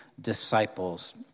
disciples